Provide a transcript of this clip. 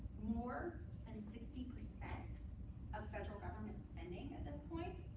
more and sixty percent of federal government spending at this point.